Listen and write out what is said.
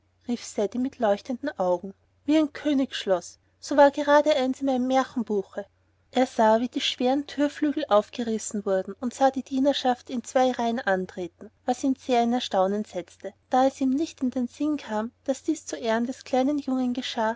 mit leuchtenden augen wie ein königsschloß so war gerade eins in meinem märchenbuche er sah wie die schweren thürflügel aufgerissen wurden und sah die dienerschaft in zwei reihen antreten was ihn sehr in erstaunen setzte da es ihm nicht in den sinn kam daß dies zu ehren des kleinen jungen geschah